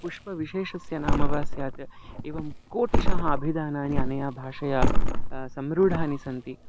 पुष्पविशेषस्य नाम वा स्यात् एवं कोटिशः अभिधानानि अनया भाषया संरूढानि सन्ति